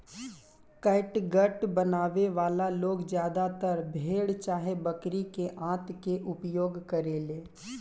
catgut बनावे वाला लोग ज्यादातर भेड़ चाहे बकरी के आंत के उपयोग करेले